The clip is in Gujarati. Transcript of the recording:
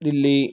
દિલ્લી